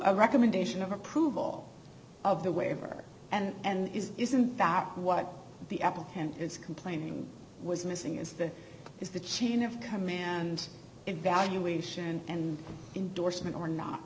a recommendation of approval of the waiver and is isn't that what the upper hand is complaining was missing is the is the chain of command evaluation and indorsement or not